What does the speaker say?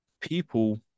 people